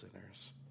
sinners